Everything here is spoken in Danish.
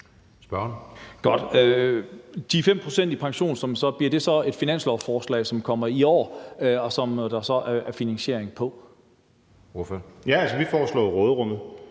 pct. i pension så være i et finanslovsforslag, som kommer i år, og som der så er finansiering på? Kl. 16:04 Anden